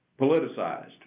politicized